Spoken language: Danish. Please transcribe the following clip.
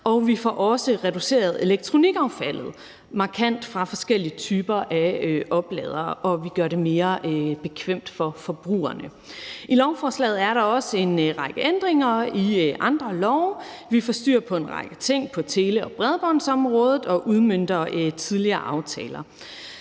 vi får også reduceret elektronikaffaldet markant, altså fra forskellige typer af opladere, og vi gør det mere bekvemt for forbrugerne. I lovforslaget er der også en række ændringer af andre love. Vi får styr på en række ting på tele- og bredbåndsområdet og udmønter tidligere aftaler.